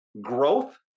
growth